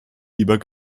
lieber